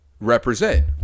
represent